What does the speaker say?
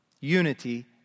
Unity